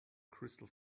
crystal